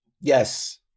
Yes